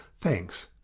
Thanks